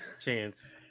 Chance